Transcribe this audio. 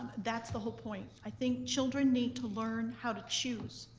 that's the whole point. i think children need to learn how to choose.